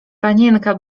panienka